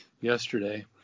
yesterday